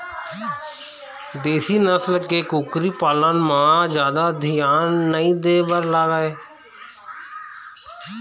देशी नसल के कुकरी पालन म जादा धियान नइ दे बर लागय